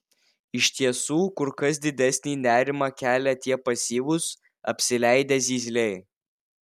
iš tiesų kur kas didesnį nerimą kelia tie pasyvūs apsileidę zyzliai